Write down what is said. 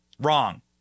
Wrong